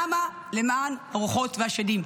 למה למען הרוחות והשדים?